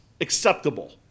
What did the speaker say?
acceptable